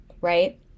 right